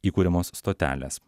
įkuriamos stotelės